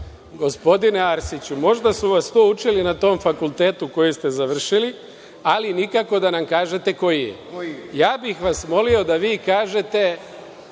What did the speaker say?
polako. Gospodine Arsiću, možda su vas to učili na tom fakultetu koji ste završili, ali nikako da nam kažete koji je. Ja bih vas molio da vi kažete